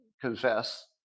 confess